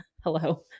hello